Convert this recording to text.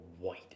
white